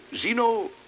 Zeno